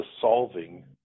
solving